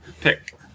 pick